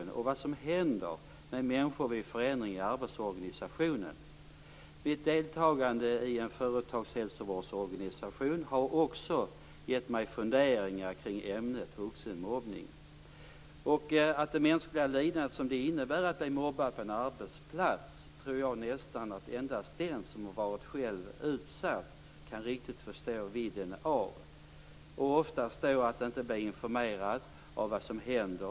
Jag har sett vad som händer med människor vid förändringar i arbetsorganisationen. Mitt deltagande i en företagshälsovårdsorganisation har också givit mig funderingar kring ämnet vuxenmobbning. Det mänskliga lidande som det innebär att bli mobbad på en arbetsplats tror jag nästan att endast den som själv har varit utsatt riktigt kan förstå vidden av. Det är ofta fråga om att man inte blir informerad om vad som händer.